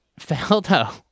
Faldo